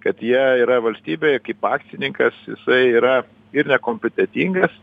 kad jie yra valstybėje kaip akcininkas jisai yra ir nekompetentingas